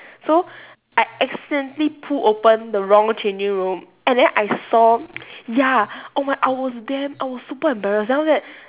so I accidentally pulled open the wrong changing room and then I saw ya oh my I was damn I was super embarrassed then after that